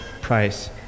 price